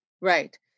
right